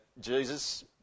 Jesus